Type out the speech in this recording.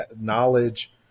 knowledge